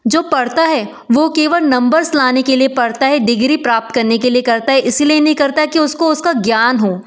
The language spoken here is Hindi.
जो पढ़ता है वह केवल नम्बर्स लाने के लिए पढ़ता है डिग्री प्राप्त करने के लिए करता है इसलिए नहीं करता कि उसको उसका ज्ञान हो